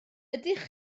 ydych